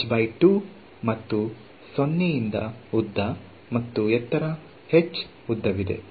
ಮತ್ತು 0 ರಿಂದ ಉದ್ದ ಮತ್ತು ಎತ್ತರ h ಉದ್ದವಿದೆ